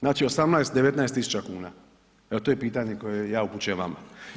Znači 18, 19.000 kuna evo to je pitanje koje ja upućujem vama.